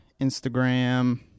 Instagram